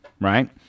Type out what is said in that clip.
right